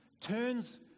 turns